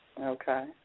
Okay